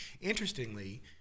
Interestingly